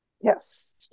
yes